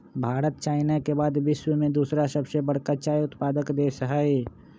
Bharat China के बाद विश्व में दूसरा सबसे बड़का चाय उत्पादक देश हई